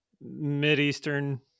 mid-eastern